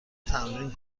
تمرین